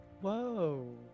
Whoa